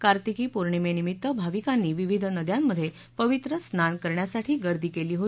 कार्तिकी पौर्णिमेनिमित्त भाविकांनी विविध नद्यांमध्ये पवित्र स्नान करण्यासाठी गर्दी केली आहे